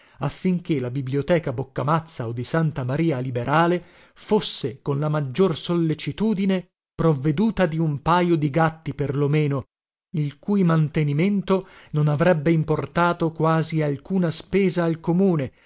affinché la biblioteca boccamazza o di santa maria liberale fosse con la maggior sollecitudine provveduta di un pajo di gatti per lo meno il cui mantenimento non avrebbe importato quasi alcuna spesa al comune